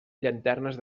llanternes